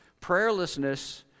Prayerlessness